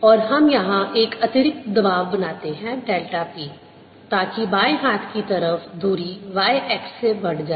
और हम यहां एक अतिरिक्त दबाव बनाते हैं डेल्टा p ताकि बाएं हाथ की तरफ दूरी y x से बढ़ जाए